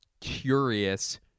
curious